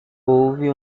houve